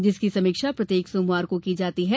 जिसकी समीक्षा प्रत्येक सोमवार को की जाती है